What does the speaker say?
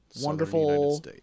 wonderful